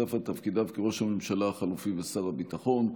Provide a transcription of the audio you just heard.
נוסף על תפקידיו כראש הממשלה החלופי ושר הביטחון,